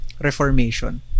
reformation